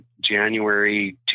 January